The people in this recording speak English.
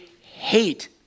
hate